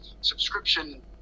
subscription